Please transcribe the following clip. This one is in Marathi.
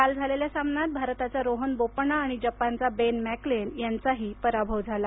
काल झालेल्या सामन्यात भारताचा रोहन बोपण्णा आणि जपानचा बेन मॅकलेन यांचाही पराभव झाला